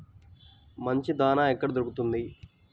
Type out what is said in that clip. మంచి దాణా ఎక్కడ దొరుకుతుంది?